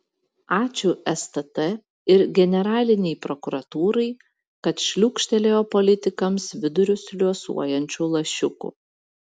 ačiū stt ir generalinei prokuratūrai kad šliūkštelėjo politikams vidurius liuosuojančių lašiukų